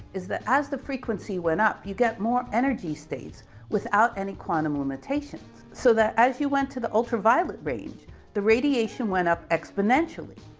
is that as the frequency went up you get more energy states without any quantum limitation. so that as you went to the ultraviolet range the radiation went up exponentially.